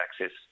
access